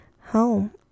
home